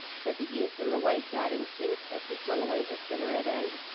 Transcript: said the youth in the white yachting suit, as he flung away his cigarette end.